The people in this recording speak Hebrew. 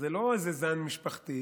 זה לא איזה זן משפחתי.